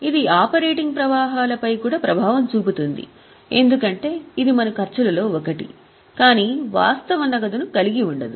ఇది ఆపరేటింగ్ ప్రవాహాలపై కూడా ప్రభావం చూపుతుంది ఎందుకంటే ఇది మన ఖర్చులలో ఒకటి కానీ వాస్తవ నగదును కలిగి ఉండదు